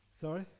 Sorry